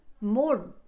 more